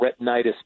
retinitis